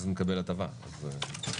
עופר כסיף, בבקשה.